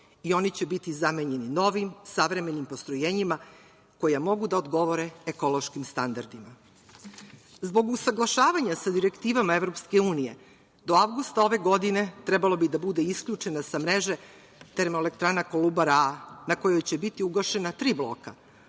i oni će biti zamenjeni novim, savremenim postrojenjima, koja mogu da odgovore ekološkim standardima. Zbog usaglašavanja sa direktivama EU do avgusta ove godine trebalo bi da bude isključena sa mreže Termoelektrana „Kolubara A“, na kojoj će biti ugašena tri bloka,